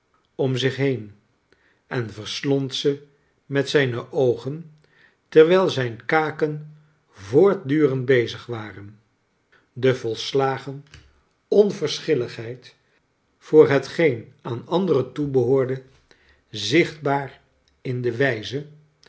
om zich heen en verslond ze met zijn oogen terwijl zijn kaken voortdurend bezig waren de volslagen onverschilligheid voor hetgeen aan anderen toebehoorde zichtbaar in de wijze